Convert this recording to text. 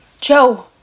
Joe